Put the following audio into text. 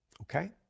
okay